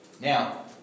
Now